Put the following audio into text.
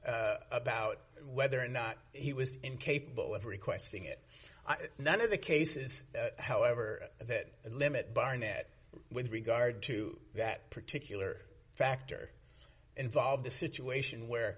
from about whether or not he was incapable of requesting it none of the cases however that limit barnett with regard to that particular factor involved a situation where